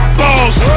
balls